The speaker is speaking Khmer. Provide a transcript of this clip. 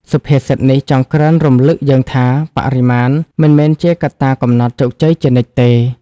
សុភាសិតនេះចង់ក្រើនរំលឹកយើងថា បរិមាណ មិនមែនជាកត្តាកំណត់ជោគជ័យជានិច្ចទេ។